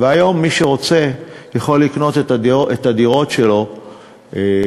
והיום מי שרוצה יכול לקנות את הדירות שלו בהתאם.